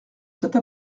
cette